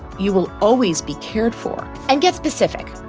you will always be cared for and get specific.